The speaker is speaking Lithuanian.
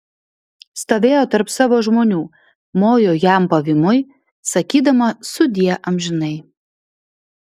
stovėjo tarp savo žmonių mojo jam pavymui sakydama sudie amžinai